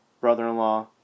brother-in-law